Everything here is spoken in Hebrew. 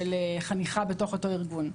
של חניכה בתוך אותו ארגון.